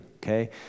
Okay